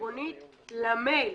חשבונית למייל.